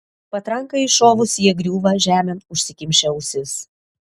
patrankai iššovus jie griūva žemėn užsikimšę ausis